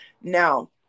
Now